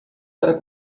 para